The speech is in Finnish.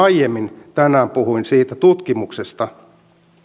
aiemmin tänään puhuin siitä tutkimuksesta